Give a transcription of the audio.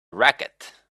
racket